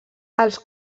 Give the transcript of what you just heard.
els